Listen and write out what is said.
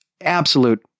absolute